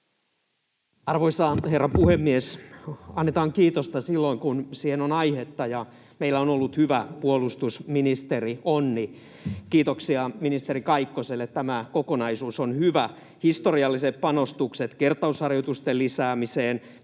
Arvoisa herra puhemies! Annetaan kiitosta silloin, kun siihen on aihetta. Meillä on ollut hyvä puolustusministerionni. Kiitoksia ministeri Kaikkoselle. Tämä kokonaisuus on hyvä: Historialliset panostukset kertausharjoitusten lisäämiseen,